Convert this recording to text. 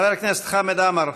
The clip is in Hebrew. חבר הכנסת חמד עמאר,